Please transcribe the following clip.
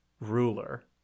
ruler